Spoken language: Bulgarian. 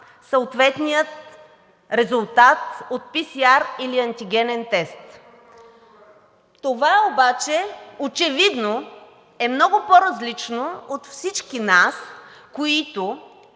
съответния резултат от PCR или антигенен тест. Това обаче очевидно е много по-различно от всички нас, които